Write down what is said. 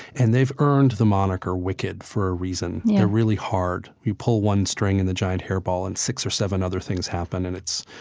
and they've earned the moniker wicked for a reason. they're really hard. you pull one string and the giant hairball and six or seven other things happen. and it's,